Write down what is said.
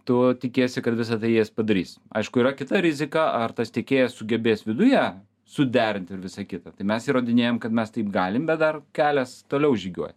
tu tikiesi kad visa tai jis padarys aišku yra kita rizika ar tas tiekėjas sugebės viduje suderint ir visa kita tai mes įrodinėjam kad mes taip galim bet dar kelias toliau žygiuoja